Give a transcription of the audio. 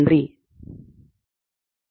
Glossary of Words சொற்களஞ்சியம்